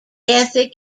ethic